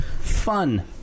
fun